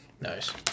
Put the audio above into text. Nice